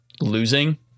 losing